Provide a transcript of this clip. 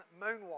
moonwalk